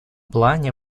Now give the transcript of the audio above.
плане